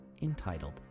entitled